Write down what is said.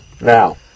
Now